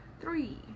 three